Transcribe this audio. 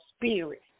spirit